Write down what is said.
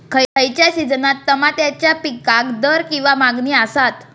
खयच्या सिजनात तमात्याच्या पीकाक दर किंवा मागणी आसता?